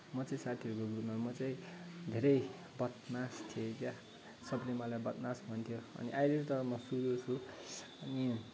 म चाहिँ साथीहरूमा म चाहिँ धेरै बदमास थिएँ क्या सबले मलाई बदमास भन्थ्यो अनि अहिले त म सोझो छुँ अनि